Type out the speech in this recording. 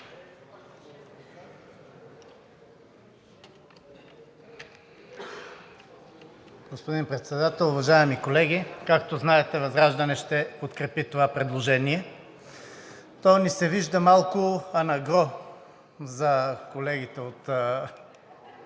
Господин Председател, уважаеми колеги! Както знаете, ВЪЗРАЖДАНЕ ще подкрепи това предложение. То ни се вижда малко ангро, за колегите